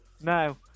No